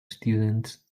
students